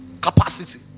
Capacity